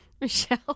Michelle